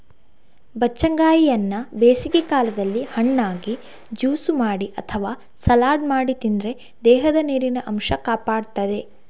ಬಚ್ಚಂಗಾಯಿಯನ್ನ ಬೇಸಿಗೆ ಕಾಲದಲ್ಲಿ ಹಣ್ಣಾಗಿ, ಜ್ಯೂಸು ಮಾಡಿ ಅಥವಾ ಸಲಾಡ್ ಮಾಡಿ ತಿಂದ್ರೆ ದೇಹದ ನೀರಿನ ಅಂಶ ಕಾಪಾಡ್ತದೆ